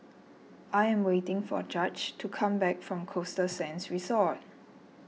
I am waiting for Judge to come back from Costa Sands Resort